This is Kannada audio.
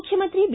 ಮುಖ್ಯಮಂತ್ರಿ ಬಿ